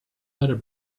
other